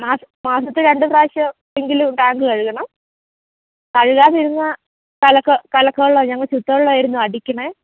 മാസ മാസത്തിൽ രണ്ട് പ്രാവശ്യമെങ്കിലും ടാങ്ക് കഴുകണം കഴുകാതിരുന്നാൽ കലക്ക കലക്കവെള്ളം ഞങ്ങൾ ശുദ്ധവെള്ളമാണ് അടിക്കുന്നത്